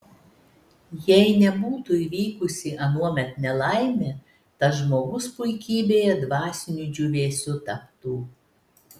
jei nebūtų įvykusi anuomet nelaimė tas žmogus puikybėje dvasiniu džiūvėsiu taptų